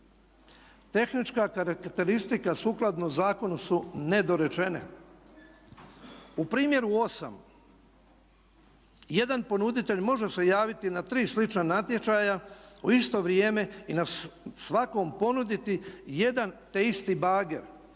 Tehnička karakteristika sukladno zakonu su nedorečene. U primjeru 8 jedan ponuditelj može se javiti na tri slična natječaja u isto vrijeme i svakom ponuditi jedan te isti bager